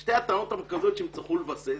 שתי הטענות המרכזיות שהם יצטרכו לבסס,